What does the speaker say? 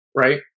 right